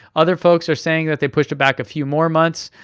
other folks are saying that they pushed it back a few more months,